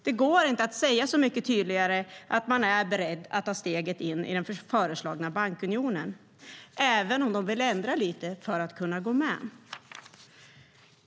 Det går inte att säga så mycket tydligare att man är beredd att ta steget in i den föreslagna bankunionen även om man vill ändra lite för att kunna gå med.